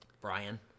Brian